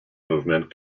movement